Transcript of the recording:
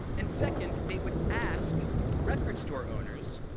and second, they would ask record store owners,